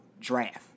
draft